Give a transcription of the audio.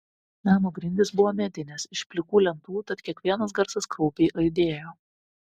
namo grindys buvo medinės iš plikų lentų tad kiekvienas garsas kraupiai aidėjo